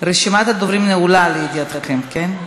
רשימת הדוברים נעולה, לידיעתכם, כן?